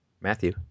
Matthew